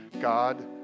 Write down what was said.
God